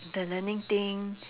the learning thing